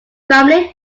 family